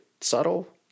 subtle